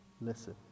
listen